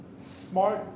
smart